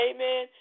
Amen